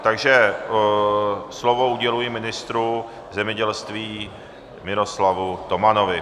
Takže slovo uděluji ministru zemědělství Miroslavu Tomanovi.